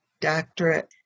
doctorate